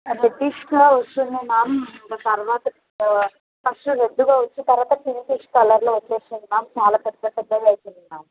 రెడ్డిష్లో వస్తుంది మ్యామ్ తర్వాత ఫస్ట్ రెడ్డుగా తర్వాత పింకిష్ కలర్లో వస్తుంది మ్యామ్ చాలా పెద్ద పెద్దగా అవుతుంది మ్యామ్